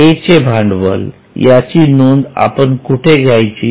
ए चे भांडवल याची नोंद आपण कुठे घ्यायची